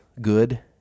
good